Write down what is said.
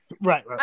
right